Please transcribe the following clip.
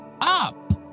up